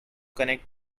connect